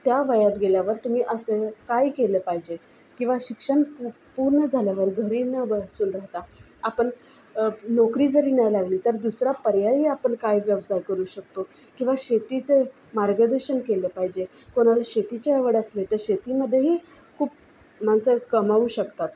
त्या वयात गेल्यावर तुम्ही असे काय केलं पाहिजे किंवा शिक्षण प पूर्ण झाल्यावर घरी न बसून राहता आपण नोकरी जरी नाही लागली तर दुसरा पर्यायी आपण काय व्यवसाय करू शकतो किंवा शेतीचे मार्गदर्शन केलं पाहिजे कोणाला शेतीची आवड असली तर शेतीमध्येही खूप माणसं कमावू शकतात